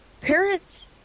Parents